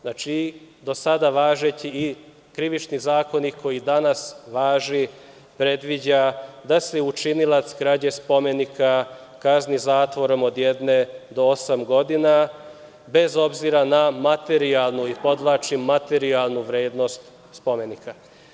Znači, do sada važeći i krivični zakoni koji danas važe predviđa da se učinilac krađa spomenika kazni zatvorom od jedne do osam godina, bez obzira na materijalnu, to podvlačim, bez obzira na materijalnosti vrednost spomenika.